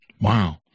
Wow